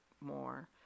more